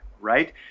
right